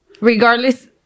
Regardless